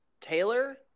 Taylor